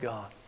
God